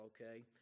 okay